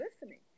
listening